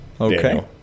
Okay